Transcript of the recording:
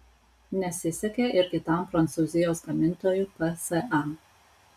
nesisekė ir kitam prancūzijos gamintojui psa